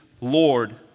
Lord